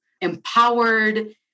empowered